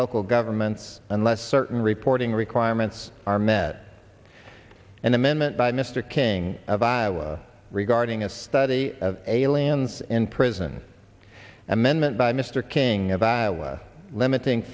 local governments unless certain reporting requirements are met an amendment by mr king of iowa regarding a study of aliens in prison amendment by mister king of iowa limiting